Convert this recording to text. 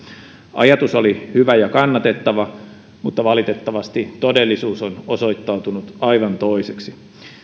ajatus oli hyvä ja kannatettava mutta valitettavasti todellisuus on osoittautunut aivan toiseksi